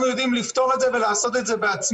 אנחנו יודעים לפתור את זה ולעשות את זה בעצמנו.